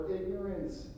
ignorance